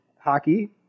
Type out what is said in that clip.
hockey